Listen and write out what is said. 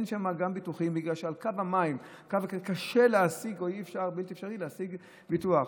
כי על קו המים קשה להשיג או בלתי אפשרי להשיג ביטוח.